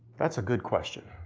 that's a good question.